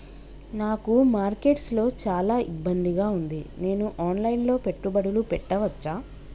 నాకు మార్కెట్స్ లో చాలా ఇబ్బందిగా ఉంది, నేను ఆన్ లైన్ లో పెట్టుబడులు పెట్టవచ్చా?